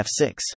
f6